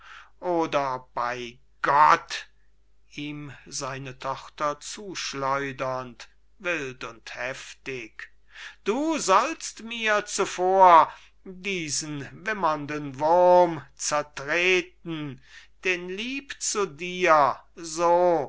oder bei gott ihm seine tochter zuschleudernd wild und heftig du sollst mir zuvor diesen wimmernden wurm zertreten den liebe zu dir so